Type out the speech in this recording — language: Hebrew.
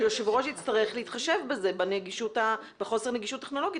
היושב-ראש יצטרך להתחשב בחוסר הנגישות הטכנולוגית.